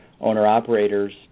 owner-operators